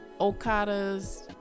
Okadas